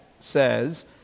says